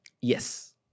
Yes